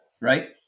right